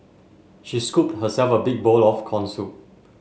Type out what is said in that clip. she scooped herself a big bowl of corn soup